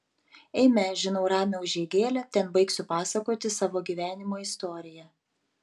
eime žinau ramią užeigėlę ten baigsiu pasakoti savo gyvenimo istoriją